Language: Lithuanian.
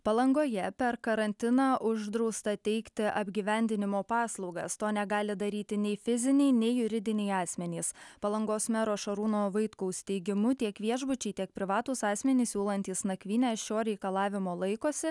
palangoje per karantiną uždrausta teikti apgyvendinimo paslaugas to negali daryti nei fiziniai nei juridiniai asmenys palangos mero šarūno vaitkaus teigimu tiek viešbučiai tiek privatūs asmenys siūlantys nakvynę šio reikalavimo laikosi